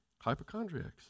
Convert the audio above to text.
Hypochondriacs